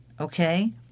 Okay